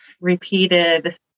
repeated